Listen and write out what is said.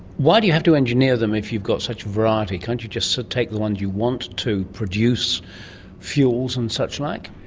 why do you have to engineer them if you've got such variety? can't you just take the ones you want to produce fuels and such like?